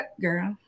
girl